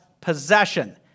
possession